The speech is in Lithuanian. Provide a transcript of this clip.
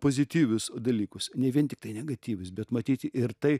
pozityvius dalykus ne vien tiktai negatyvius bet matyti ir tai